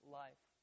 life